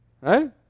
Right